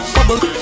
Bubble